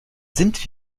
sind